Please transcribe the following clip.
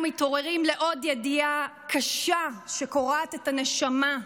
מתעוררים לעוד ידיעה קשה שקורעת את הנשמה,